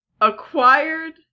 acquired